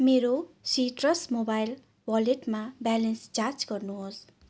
मेरो Citrus mobile वालेटमा balance जाँच गर्नुहोस्